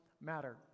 matter